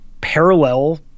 parallel